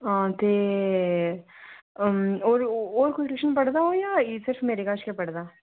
हां ते होर होर कोई ट्यूशन पढ़दा ओह् जां सिर्फ मेरे कश गै पढ़दा